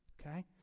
Okay